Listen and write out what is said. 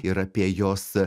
ir apie jos